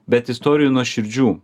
bet istorijų nuoširdžių